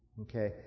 Okay